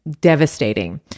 devastating